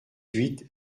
huit